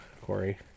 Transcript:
Corey